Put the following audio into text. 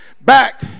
back